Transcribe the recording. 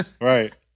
Right